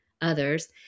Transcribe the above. others